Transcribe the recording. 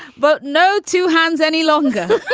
but no two hands any longer